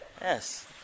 Yes